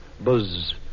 buzz